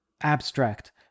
abstract